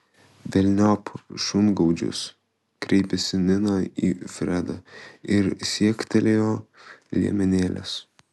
velniop šungaudžius kreipėsi nina į fredą ir siektelėjo liemenėlės